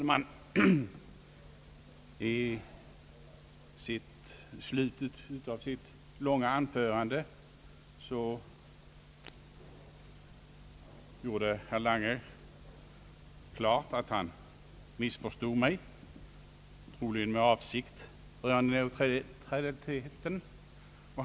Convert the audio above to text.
Herr talman! I slutet av sitt långa anförande gjorde herr Lange klart att han missförstod mig — troligen med avsikt — rörande neutraliteten.